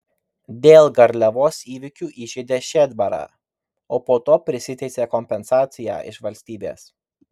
dėl garliavos įvykių įžeidė šedbarą o po to prisiteisė kompensaciją iš valstybės